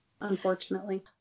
Unfortunately